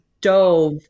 dove